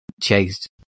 chased